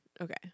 okay